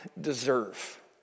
deserve